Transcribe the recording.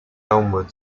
elmwood